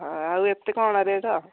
ଆଉ ଏତେ କ'ଣ ରେଟ୍